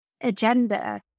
agenda